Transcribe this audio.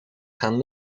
gaan